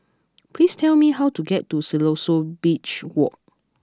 please tell me how to get to Siloso Beach Walk